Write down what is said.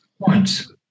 points